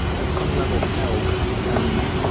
at some level, held um